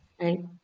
right